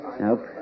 Nope